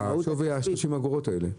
ה-30 אגורות האלה.